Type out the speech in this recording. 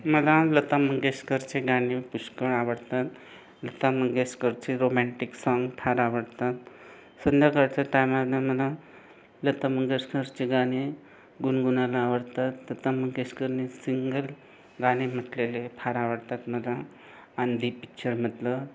मला लता मंगेशकरचे गाणे पुष्कळ आवडतात लता मंगेशकरचे रोमँटिक सॉन्ग फार आवडतात संध्याकाळच्या टाइमाला मला लता मंगेशकरचे गाणे गुणगुणायला आवडतात लता मंगेशकरने सिंगल गाणे म्हटलेले फार आवडतात मला आंधी पिक्चरमधलं